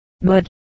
mud